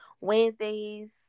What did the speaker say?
Wednesdays